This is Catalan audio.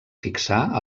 fixar